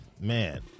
man